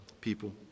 people